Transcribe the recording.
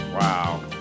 Wow